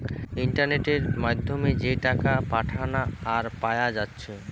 ইন্টারনেটের মাধ্যমে যে টাকা পাঠানা আর পায়া যাচ্ছে